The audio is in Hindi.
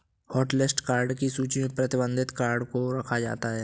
हॉटलिस्ट कार्ड की सूची में प्रतिबंधित कार्ड को रखा जाता है